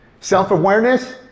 Self-awareness